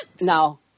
No